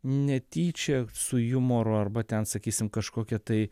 netyčia su jumoru arba ten sakysim kažkokia tai